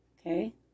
okay